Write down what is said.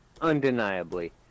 undeniably